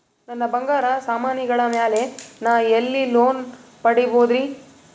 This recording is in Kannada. ನನ್ನ ಬಂಗಾರ ಸಾಮಾನಿಗಳ ಮ್ಯಾಲೆ ನಾ ಎಲ್ಲಿ ಲೋನ್ ಪಡಿಬೋದರಿ?